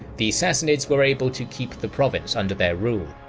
the sassanids were able to keep the province under their rule.